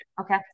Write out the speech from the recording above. okay